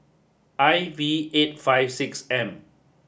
I V eight five six M